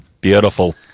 Beautiful